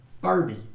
Barbie